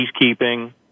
peacekeeping